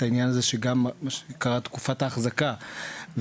את העניין שנקרא ׳תקופת החזקה׳,